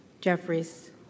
Jeffries